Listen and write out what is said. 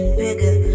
bigger